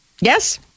yes